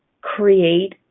create